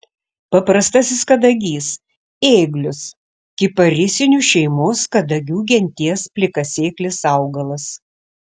paprastasis kadagys ėglius kiparisinių šeimos kadagių genties plikasėklis augalas